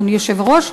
אדוני היושב-ראש,